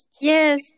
yes